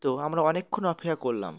তো আমরা অনেকক্ষণ অপেক্ষা করলাম